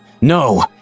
No